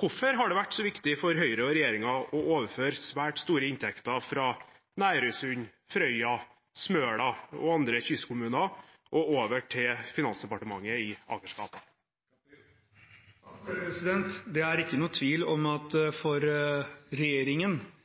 Hvorfor har det vært så viktig for Høyre og regjeringen å overføre svært store inntekter fra Nærøysund, Frøya, Smøla og andre kystkommuner og over til Finansdepartementet i Akersgata? Det er ingen tvil om at for regjeringen